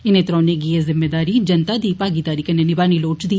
इनें त्रोणें गी एह् जिम्मेदारी जनता दी भागीदारी कन्नै निमानी लोड़चदी